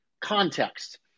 context